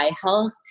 health